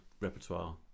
repertoire